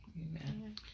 Amen